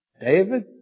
David